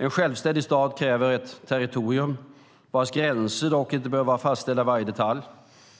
En självständig stat kräver ett territorium vars gränser dock inte behöver vara fastställda i varje detalj,